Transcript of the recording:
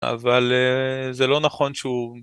אבל זה לא נכון שהוא...